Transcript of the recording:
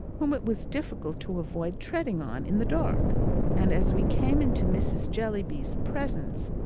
whom it was difficult to avoid treading on in the dark and as we came into mrs. jellyby's presence,